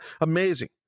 Amazing